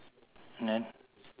then